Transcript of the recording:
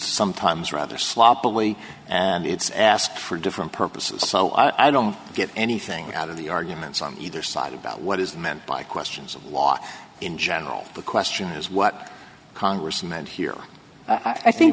sometimes rather sloppily and it's asked for different purposes so i don't get anything out of the arguments on either side about what is meant by questions of law in general the question is what congress meant here i think